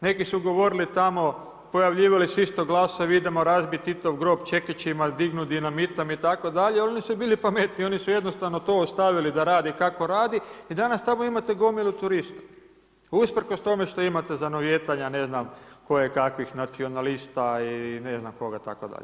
Neki su govorili tamo, pojavljivali se isto glasovi, idemo razbit Titov grob čekićima, dignut dinamitom itd. oni su bili pametniji, oni su jednostavno to ostavili da radi kako radi i danas tamo imate gomilu turista, usprkos tome što imate zanovijetanja ne znam koje kakvih nacionalista i ne znam koga itd.